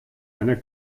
einer